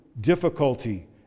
difficulty